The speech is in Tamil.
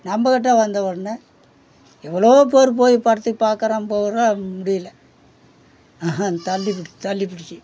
நம்ம கிட்டே வந்த உடனே எவ்வளோ பேரு போய் படைச்சி பார்க்குறோம் போகிறோம் முடியலை தள்ளிவிட்டுத் தள்ளிவிட்டுச்சு